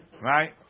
right